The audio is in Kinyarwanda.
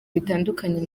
bitandukanye